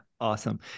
Awesome